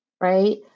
right